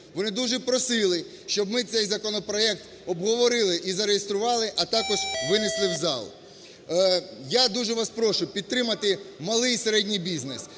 Вони дуже просили, щоб ми цей законопроект обговорили і зареєстрували, а також винесли в зал. Я дуже вас прошу підтримати малий і середній бізнес,